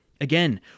Again